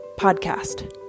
podcast